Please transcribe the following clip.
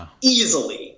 easily